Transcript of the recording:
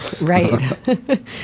Right